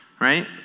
right